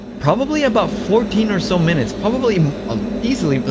probably about fourteen or so minutes, probably ah easily, but